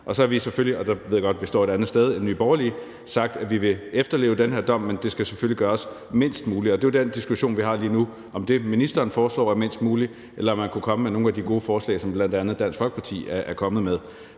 lige være et minimum. Jeg ved godt, at vi står et andet sted end Nye Borgerlige, men vi har sagt, at vi vil efterleve den her dom, men det skal selvfølgelig gøres mindst muligt. Det er jo den diskussion, vi har lige nu, altså om det, ministeren foreslår, er mindst muligt, eller man kunne komme med nogle af de gode forslag, som bl.a. Dansk Folkeparti er kommet med.